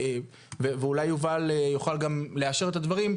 ואולי יובל יוכל גם לאשר את הדברים,